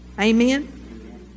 Amen